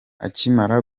akimara